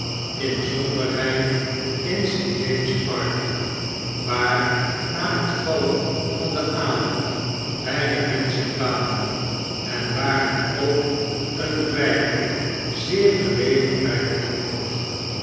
inzonderheid in st james park waar na het vallen van den avond weinig menschen kwamen en waar men ook een vijver zeer gelegen bij de hand had